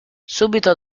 subito